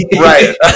Right